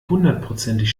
hundertprozentig